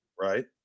Right